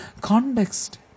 context